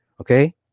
Okay